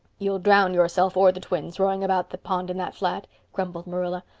you'll drown yourself or the twins, rowing about the pond in that flat, grumbled marilla.